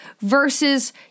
versus